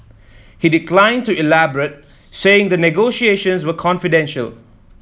he declined to elaborate saying the negotiations were confidential